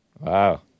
Wow